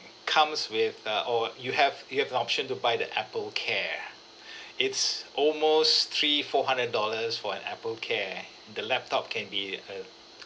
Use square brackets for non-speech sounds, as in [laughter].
comes with a oh you have you have an option to buy the Apple care ah [breath] it's almost three four hundred dollars for an Apple care the laptop can be a